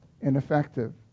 ineffective